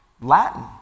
Latin